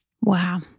Wow